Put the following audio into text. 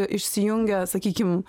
išsijungia sakykim